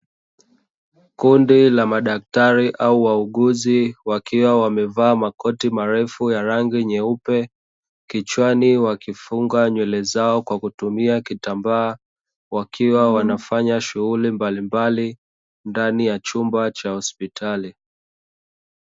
Kundi la madaktari au wauguzi wakiwa wamevaa makoti marefu ya rangi nyeupe, kichwani wakifunga nywele zao kwa kutumia kitambaa wakiwa wanafanya shughuli mbalimbali ndani ya chumba cha hospitali.